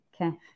Okay